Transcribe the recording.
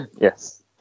Yes